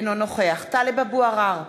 אינו נוכח טלב אבו עראר,